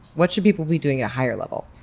what should people be doing at a higher level?